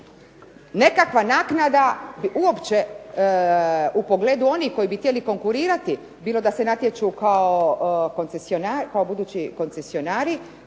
Nekakva naknada i uopće u pogledu onih koji bi htjeli konkurirati bilo da se natječu kao budući koncesionari